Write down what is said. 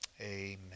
Amen